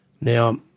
Now